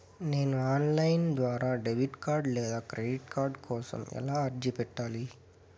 నేను online ద్వారా debit card లేదా క్రెడిట్ కార్డు కోసం ఎలా అర్జీ పెట్టాలి?